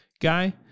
Guy